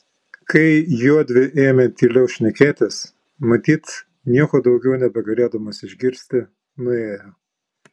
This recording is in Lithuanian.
kai juodvi ėmė tyliau šnekėtis matyt nieko daugiau nebegalėdamos išgirsti nuėjo